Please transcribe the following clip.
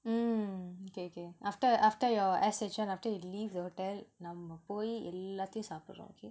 mm okay okay after after your S_H_N after you leave the hotel நம்ம போயி எல்லாத்தயும் சாப்படுறோம்:namma poyi ellaathayum saapadurom okay